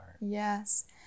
Yes